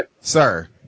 Sir